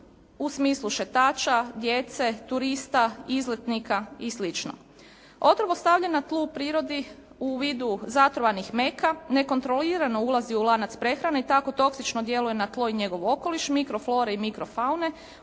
u smislu šetača, djece, turista, izletnika i slično. Otrov ostavljen na tlu u prirodi u vidu zatrovanih meka, nekontrolirano ulazi u lanac prehrane i tako toksično djeluje na tlo i njegov okoliš, mikroflore i mikrofaune,